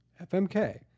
FMK